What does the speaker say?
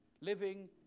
living